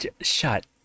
Shut